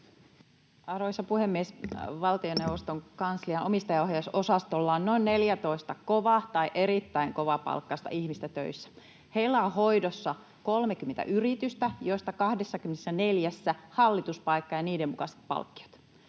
Arvoisa puhemies! Valtioneuvoston kanslian omistajaohjausosastolla on noin 14 kovapalkkaista tai erittäin kovapalkkaista ihmistä töissä. Heillä on hoidossa 30 yritystä, joista 24:ssä hallituspaikka ja niiden mukaiset palkkiot.